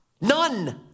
None